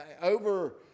over